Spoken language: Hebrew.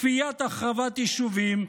כפיית החרבת יישובים,